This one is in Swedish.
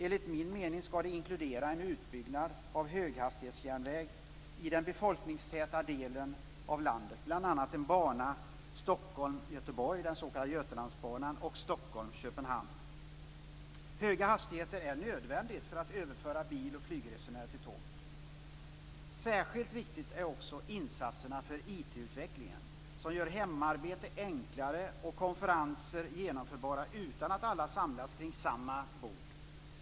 Enligt min mening skall det inkludera en utbyggnad av höghastighetsjärnväg i den befolkningstäta delen av landet, bl.a. en bana Stockholm-Göteborg, den s.k. Götalandsbanan, och Stockholm-Köpenhamn. Höga hastigheter är någonting som är nödvändigt för att överföra bil och flygresenärer till tåget. Särskilt viktiga är också insatserna för IT utvecklingen, som gör hemarbete enklare och konferenser genomförbara utan att alla samlas kring samma bord.